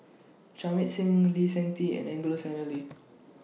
Jamit Singh Lee Seng Tee and Angelo Sanelli